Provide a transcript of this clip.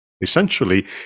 essentially